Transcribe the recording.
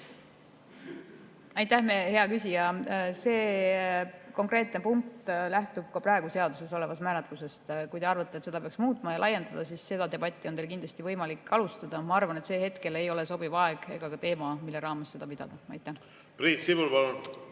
Aitäh, hea küsija! See konkreetne punkt lähtub ka praegu seaduses olevast määratlusest. Kui te arvate, et seda peaks muutma ja laiendama, siis seda debatti on teil kindlasti võimalik alustada. Ma küll arvan, et praegu ei ole sobiv aeg selle teema raames seda [debatti] pidada. Priit Sibul, palun!